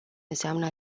înseamnă